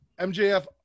MJF